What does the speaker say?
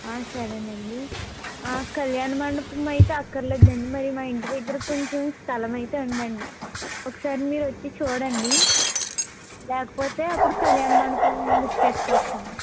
సరేనండి కళ్యాణమండపం అయితే అక్కర లేదులెండి మరి మా ఇంటి దగ్గర కొంచెం స్థలమైతే ఉందండి ఒకసారి మీరు వచ్చి చూడండి లేకపోతే అప్పుడు కళ్యాణ మండపం బుక్ చేసుకోవచ్చండి